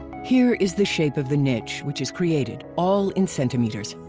here is the shape of the niche which is created, all in centimeters.